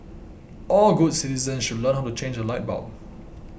all good citizens should learn how to change a light bulb